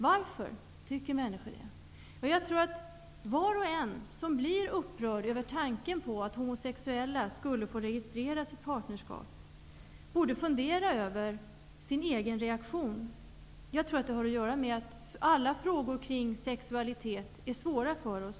Varför tycker människor det? Jag tror att var och en som blir upprörd över tanken på att homosexuella skulle få registrera sitt partnerskap borde fundera över sin egen reaktion. Jag tror att det har att göra med att alla frågor om sexualitet är svåra för oss.